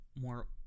more